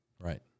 right